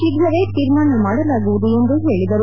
ಶೀಘ್ರವೇ ತೀರ್ಮಾನ ಮಾಡಲಾಗುವುದು ಎಂದು ಹೇಳಿದರು